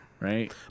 Right